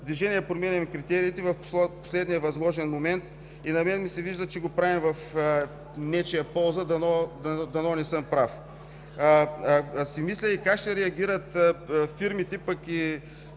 движение променяме критериите, в последния възможен момент и ми се вижда, че го правим в нечия полза. Дано не съм прав. Мисля си и как ще реагират фирмите, имам